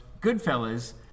Goodfellas